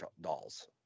dolls